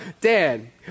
Dan